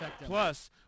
Plus